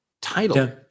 title